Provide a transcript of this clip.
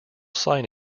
sign